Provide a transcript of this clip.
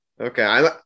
Okay